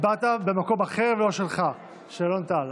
הצבעת ממקום אחר ולא שלך, של אלון טל.